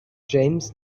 james